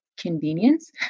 convenience